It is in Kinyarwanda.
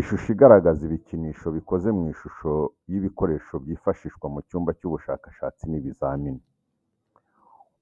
Ishusho igaragaza ibikinisho bikoze mu ishusho y'ibikoresho byifashishwa mu cyumba cy'ubushakashatsi n'ibizamini,